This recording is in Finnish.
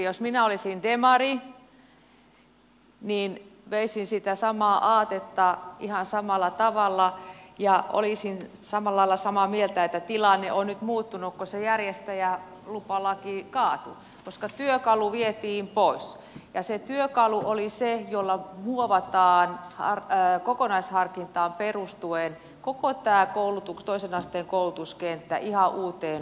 jos minä olisin demari niin veisin sitä samaa aatetta ihan samalla tavalla ja olisin samalla lailla samaa mieltä että tilanne on nyt muuttunut kun se järjestäjälupalaki kaatui koska työkalu vietiin pois ja se työkalu oli se jolla muovataan kokonaisharkintaan perustuen koko tämä toisen asteen koulutuskenttä ihan uuteen uskoon